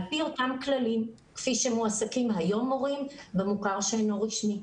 על פי אותם כללים כפי שמועסקים היום מורים במוכר שאינו רשמי.